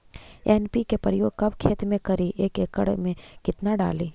NPK प्रयोग कब खेत मे करि एक एकड़ मे कितना डाली?